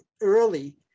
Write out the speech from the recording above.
early